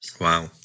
Wow